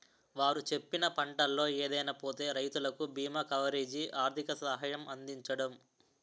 వారు చెప్పిన పంటల్లో ఏదైనా పోతే రైతులకు బీమా కవరేజీ, ఆర్థిక సహాయం అందించడం